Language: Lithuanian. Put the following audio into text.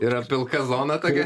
yra pilka zona tokia